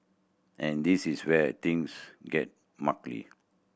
and this is where things get